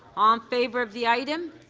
um favor of the item.